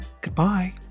Goodbye